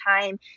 time